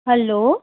hello